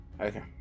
Okay